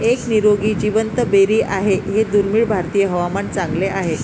एक निरोगी जिवंत बेरी आहे हे दुर्मिळ भारतीय हवामान चांगले आहे